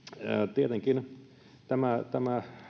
tietenkin tämä tämä